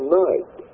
night